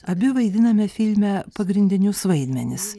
abi vaidiname filme pagrindinius vaidmenis